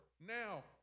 now